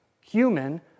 human